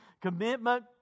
commitment